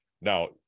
now